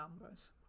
numbers